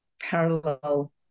parallel